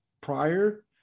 prior